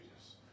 Jesus